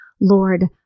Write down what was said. Lord